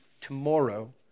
tomorrow